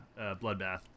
Bloodbath